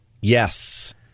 Yes